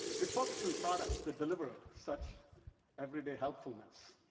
we're focused on products that deliver such everyday helpfulness.